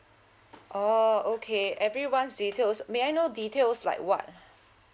oh okay everyone's details may I know details like what